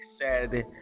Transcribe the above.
Saturday